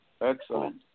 Excellent